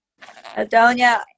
adonia